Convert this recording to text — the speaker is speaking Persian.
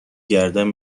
گردن